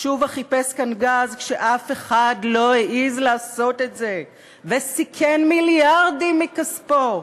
תשובה חיפש כאן גז כשאף אחד לא העז לעשות את זה וסיכן מיליארדים מכיסו.